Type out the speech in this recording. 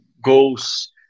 goals